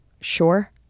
Sure